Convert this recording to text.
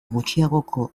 gutxiagoko